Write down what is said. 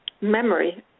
memory